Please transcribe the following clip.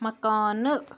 مکانہٕ